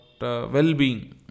well-being